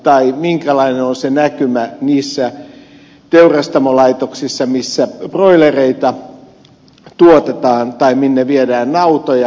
tai minkälainen on se näkymä niissä teurastamolaitoksissa missä broilereita tuotetaan tai minne viedään nautoja